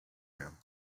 rim